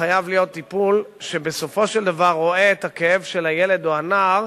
חייב להיות טיפול שבסופו של דבר רואה את הכאב של הילד או הנער,